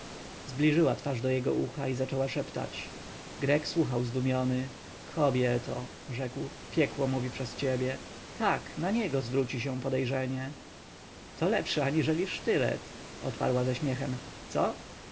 zbliżyła twarz do jego ucha i zaczęła szeptać grek słuchał zdumiony kobieto rzekł najgorsze duchy mówią przez ciebie tak na niego zwróci się podejrzenie to lepsze aniżeli sztylet odparła ze śmiechem co